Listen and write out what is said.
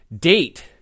Date